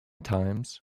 times